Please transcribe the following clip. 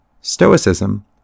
Stoicism